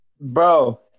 bro